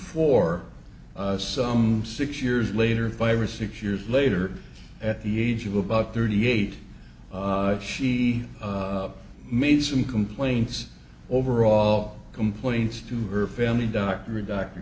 four some six years later five or six years later at the age of about thirty eight she made some complaints overall complaints to her family doctor dr